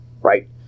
right